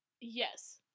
Yes